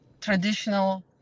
traditional